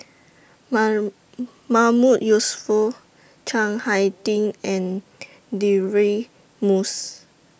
Mahmood Yusof Chiang Hai Ding and Deirdre Moss